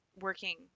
working